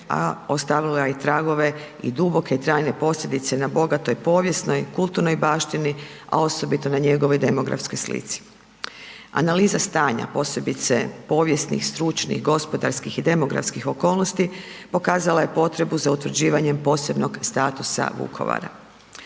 a ostavila je i tragove i duboke trajne posljedice na bogatoj povijesnoj i kulturnoj baštini, a osobito na njegovoj demografskoj slici. Analiza stanja, posebice povijesnih, stručnih, gospodarskih i demografskih okolnosti pokazala je potrebu za utvrđivanjem posebnog statusa Vukovara.